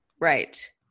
Right